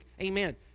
Amen